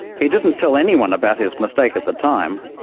he didn't tell anyone about his mistake at the time.